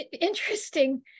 interesting